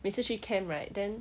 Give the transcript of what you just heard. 每次去 camp right then